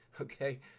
okay